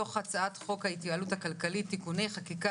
מתוך הצעת חוק ההתייעלות הכלכלית (תיקוני חקיקה